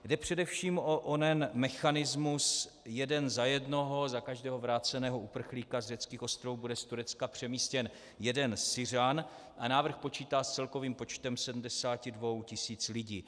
Jde především o onen mechanismus jeden za jednoho za každého vráceného uprchlíka z řeckých ostrovů bude z Turecka přemístěn jeden Syřan a návrh počítá s celkovým počtem 72 tisíc lidí.